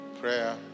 prayer